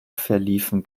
verliefen